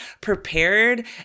prepared